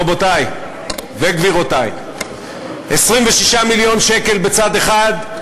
רבותי וגבירותי: 26 מיליון שקל בצד אחד,